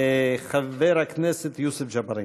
חבר הכנסת יוסף ג'בארין.